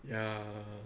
ya